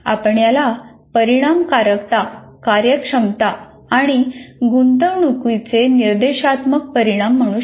आपण याला परिणामकारकता कार्यक्षमता आणि गुंतवणूकीचे निर्देशात्मक परिणाम म्हणू शकतो